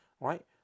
right